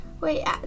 Wait